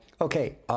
Okay